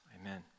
Amen